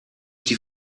die